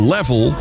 Level